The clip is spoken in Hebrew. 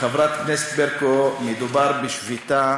חברת הכנסת ברקו, מדובר בשביתה,